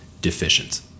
deficient